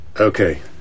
Okay